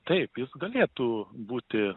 taip jis galėtų būti